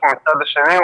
מצד שני,